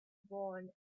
born